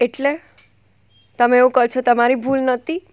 એટલે તમે એવું કહો છો તમારી ભૂલ ન હતી